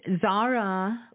Zara